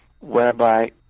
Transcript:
whereby